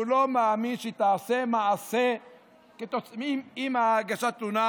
לא מאמין שהיא תעשה מעשה עם הגשת התלונה,